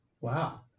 Wow